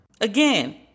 Again